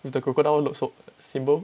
with the crocodile symbol